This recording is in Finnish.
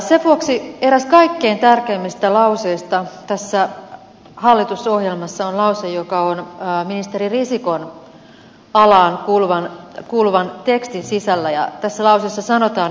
sen vuoksi eräs kaikkein tärkeimmistä lauseista tässä hallitusohjelmassa on lause joka on ministeri risikon alaan kuuluvan tekstin sisällä ja tässä lauseessa sanotaan